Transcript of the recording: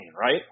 right